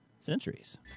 Centuries